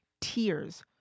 Tears